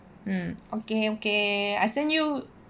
um okay okay I send you